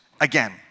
again